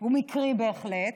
הוא מקרי בהחלט,